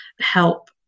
help